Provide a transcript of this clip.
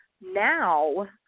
Now